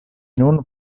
nun